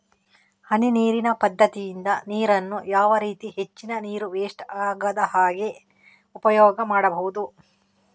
ಹನಿ ನೀರಿನ ಪದ್ಧತಿಯಿಂದ ನೀರಿನ್ನು ಯಾವ ರೀತಿ ಹೆಚ್ಚಿನ ನೀರು ವೆಸ್ಟ್ ಆಗದಾಗೆ ಉಪಯೋಗ ಮಾಡ್ಬಹುದು?